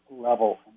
level